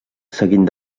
seguint